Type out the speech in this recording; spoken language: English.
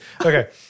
okay